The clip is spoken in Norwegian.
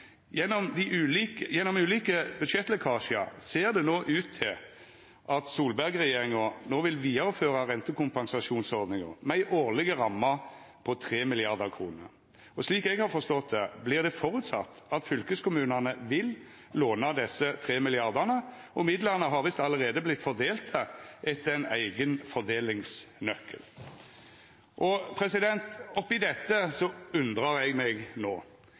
Gjennom ulike budsjettlekkasjar ser det ut til at Solberg-regjeringa nå vil vidareføra rentekompensasjonsordninga med ei årleg ramme på 3 mrd. kr. Og slik eg har forstått det, føreset ein at fylkeskommunane vil låna desse tre milliardane, og midlane har visst allereie vortne fordelte etter ein eigen fordelingsnøkkel. Oppe i dette undrar eg nå: